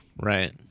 Right